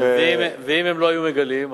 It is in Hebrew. אבל אני רוצה לשאול אותך שאלה: ואם הם לא היו מגלים,